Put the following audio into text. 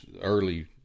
early